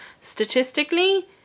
statistically